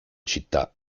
città